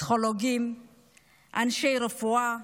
אנשי רפואה,